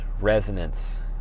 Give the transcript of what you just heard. resonance